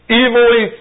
evilly